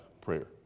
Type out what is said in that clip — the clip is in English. prayer